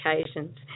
occasions